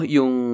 Yung